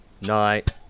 Night